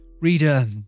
Reader